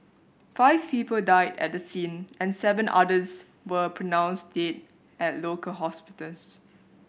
five people died at the scene and seven others were pronounced dead at local hospitals